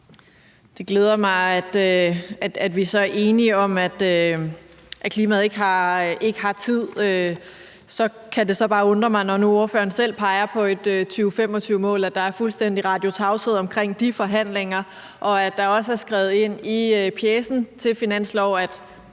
Det glæder mig, at vi så er enige om, at klimaet ikke har tid til at vente. Det kan så bare undre mig, når nu ordføreren selv peger på et 2025-mål, at der er fuldstændige radiotavshed om de forhandlinger, og at det også er skrevet ind i pjecen til finansloven, at